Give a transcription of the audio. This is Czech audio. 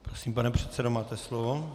Prosím, pane předsedo, máte slovo.